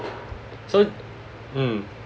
so mm